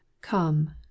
Come